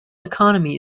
economy